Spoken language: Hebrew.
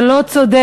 זה לא צודק,